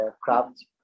craft